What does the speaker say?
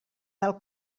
tal